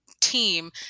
team